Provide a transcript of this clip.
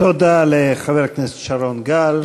תודה לחבר הכנסת שרון גל.